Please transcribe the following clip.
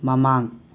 ꯃꯃꯥꯡ